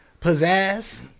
pizzazz